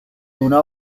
una